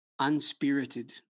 unspirited